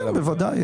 בוודאי,